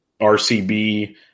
rcb